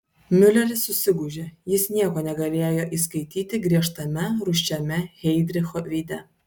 miuleris susigūžė jis nieko negalėjo įskaityti griežtame rūsčiame heidricho veide